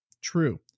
True